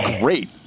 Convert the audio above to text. great